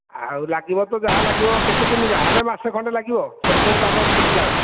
ଆଉ ଲାଗିବ ତ ଯାହା ଲାଗିବ କେତେ ଦିନ ଯାହାହେଲେ ମାସେ ଖଣ୍ଡେ ଲାଗିବ ସବୁ ସବୁ କାମ ତୁଟିଲା ବେଳକୁ